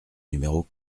numéro